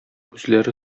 үзләре